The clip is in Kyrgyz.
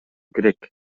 керек